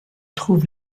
trouve